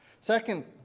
Second